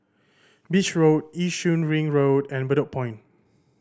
Beach Road Yishun Ring Road and Bedok Point